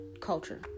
culture